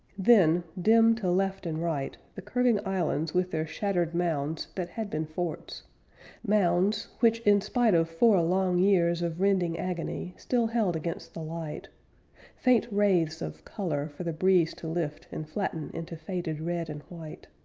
then, dim to left and right, the curving islands with their shattered mounds that had been forts mounds, which in spite of four long years of rending agony still held against the light faint wraiths of color for the breeze to lift and flatten into faded red and white.